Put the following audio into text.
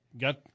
got